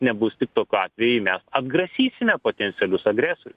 nebus tik tokiu atveju jei mes atgrasysime potencialius agresorius